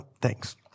thanks